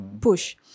push